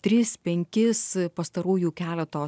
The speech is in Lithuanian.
tris penkis pastarųjų keleto